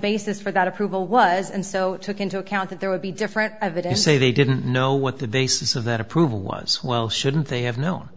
basis for that approval was and so it took into account that there would be different of it and say they didn't know what the basis of that approval was well shouldn't they have known